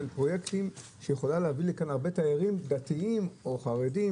פרויקטים שיכולים להביא לכאן הרבה תיירים דתיים או חרדים